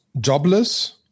jobless